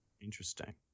Interesting